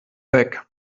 weg